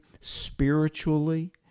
spiritually